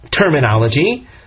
terminology